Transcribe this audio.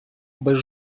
без